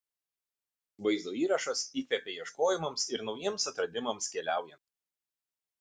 vaizdo įrašas įkvepia ieškojimams ir naujiems atradimams keliaujant